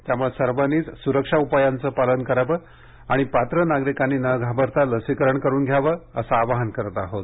त्यामुळे सर्वांनीच सुरक्षा उपायांचं पालन करावं आणि पात्र नागरिकांनी न घाबरता लसीकरण करून घ्यावं असं आवाहन करत आहोत